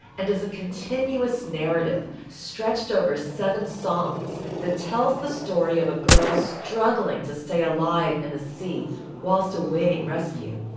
and as a continuous narrative stretched over seven songs that tells the story of a girl struggling to stay alive in the sea whilst awaiting rescue